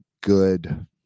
good